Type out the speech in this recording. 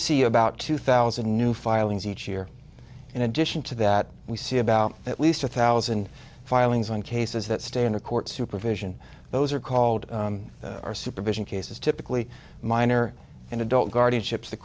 see about two thousand new filings each year in addition to that we see about at least a thousand filings on cases that stay under court supervision those are called are supervision cases typically minor in adult guardianship t